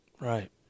right